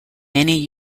many